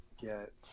get